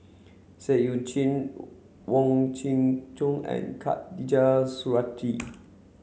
Seah Eu Chin Wong Kin Jong and Khatijah Surattee